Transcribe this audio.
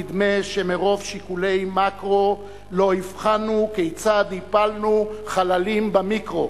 נדמה שמרוב שיקולי מקרו לא הבחנו כיצד הפלנו חללים במיקרו.